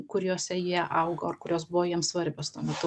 kuriose jie augo ar kurios buvo jiems svarbios tuo metu